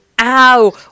Ow